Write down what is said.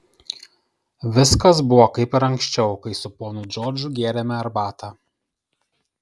viskas buvo kaip ir anksčiau kai su ponu džordžu gėrėme arbatą